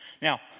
Now